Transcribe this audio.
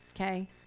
okay